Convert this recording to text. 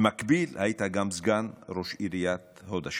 במקביל היית גם סגן ראש עיריית הוד השרון.